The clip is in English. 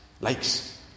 likes